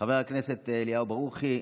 אליהו ברוכי,